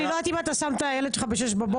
אני לא יודעת אם אתה שם את הילד שלך בשש בבוקר.